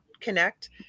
connect